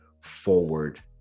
forward